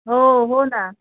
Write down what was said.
हो हो ना